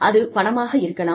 அது பணமாக இருக்கலாம்